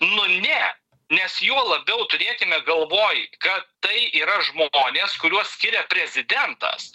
nu ne nes juo labiau turėkime galvoj kad tai yra žmonės kuriuos skiria prezidentas